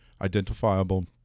identifiable